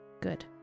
Good